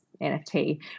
NFT